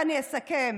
אני אסכם.